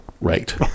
Right